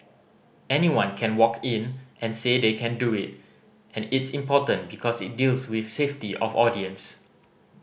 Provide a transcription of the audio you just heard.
anyone can walk in and say they can do it and it's important because it deals with safety of audience